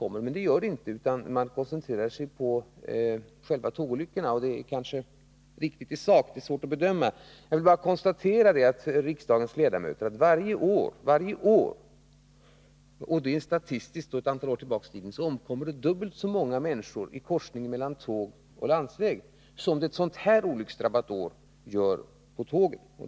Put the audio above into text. Man koncentrerar sig i stället på själva tågolyckorna. Om det är riktigt i sak är det svårt att bedöma. Jag vill bara påpeka för riksdagens ledamöter att det varje år — statistiskt sedan ett antal år tillbaka i tiden — omkommer dubbelt så många människor i korsningar mellan järnväg och landsväg som det gör ett sådant här olycksdrabbat år på tågen.